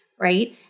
right